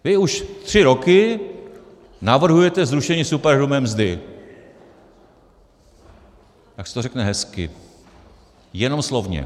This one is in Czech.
Vy už tři roky navrhujete zrušení superhrubé mzdy, jak se to řekne hezky jenom slovně.